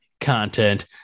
content